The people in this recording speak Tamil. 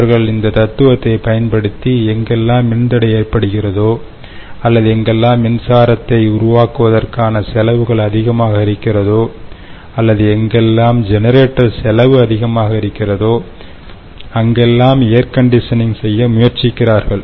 அவர்கள் இந்த தத்துவத்தைப் பயன்படுத்தி எங்கெல்லாம் மின் தடை ஏற்படுகிறதோ அல்லது எங்கெல்லாம் மின்சாரத்தை உருவாக்குவதற்கான செலவுகள் அதிகமாக இருக்கிறதோ அல்லது எங்கெல்லாம் ஜெனரேட்டர் செலவு அதிகமாக இருக்கிறதோ அங்கெல்லாம் ஏர்கண்டிஷனிங் செய்ய முயற்சிக்கிறார்கள்